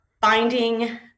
finding